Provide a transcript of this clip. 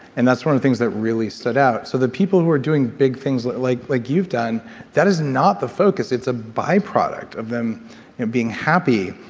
and that's one of the things that really stood out so the people who are doing big things like like like you've done that is not the focus. it's a byproduct of them being happy,